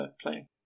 playing